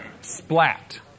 Splat